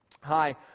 Hi